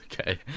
okay